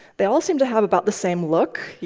they all seem to have about the same look, yeah